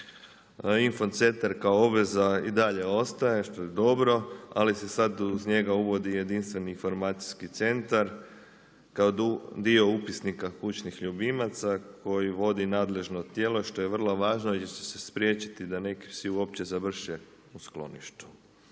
Info centar kao obveza i dalje ostaje što je dobro ali se sada uz njega uvodi i jedinstveni informacijski centar kao dio upisnika kućnih ljubimaca koji vodi nadležno tijelo što je vrlo važno jer će se spriječiti da neki psi uopće završe u skloništu.